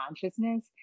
consciousness